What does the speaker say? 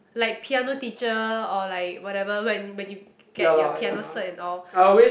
like piano teacher or like whatever when when you get your piano cert at all